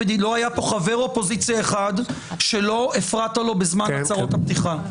לא היה פה חבר אופוזיציה אחד שלא הפרעת לו בזמן הצהרות הפתיחה.